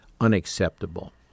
unacceptable